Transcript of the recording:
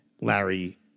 Larry